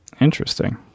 interesting